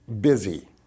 busy